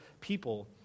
people